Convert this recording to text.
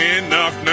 enough